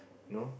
know